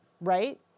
right